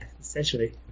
essentially